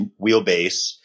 wheelbase